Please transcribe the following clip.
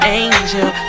angel